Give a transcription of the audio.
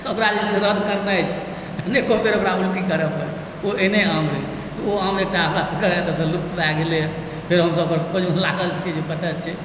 ओकरा जे छै से रद करनाइ छै नहि करतै ओकरा उल्टी करय पड़तै ओ एहने आम रहै ओ आम एकटा हमरा सभके एतयसँ लुप्त भए गेलै फेर हमसभ ओकर खोजमे लागल छी जे कतय छै